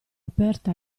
aperta